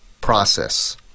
process